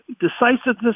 decisiveness